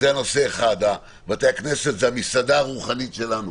זה נושא אחד, בתי הכנסת זה המסעדה הרוחנית שלנו.